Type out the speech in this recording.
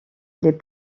les